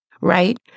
right